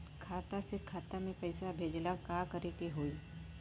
खाता से खाता मे पैसा भेजे ला का करे के होई?